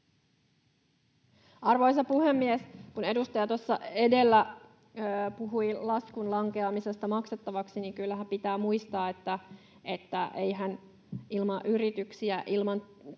Arvoisa puhemies! Kun edustaja tuossa edellä puhui laskun lankeamisesta maksettavaksi, niin kyllähän pitää muistaa, että eihän ilman yrityksiä, ilman